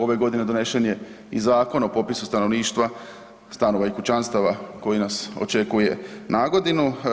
Ove godine donešen je i Zakon o popisu stanovništva, stanova i kućanstava koji nas očekuje nagodinu.